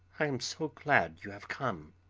i am so glad you have come!